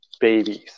babies